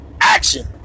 action